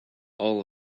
all